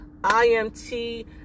IMT